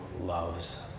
loves